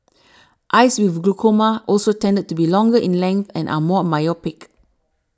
eyes with glaucoma also tended to be longer in length and are more myopic